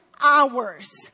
hours